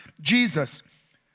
Jesus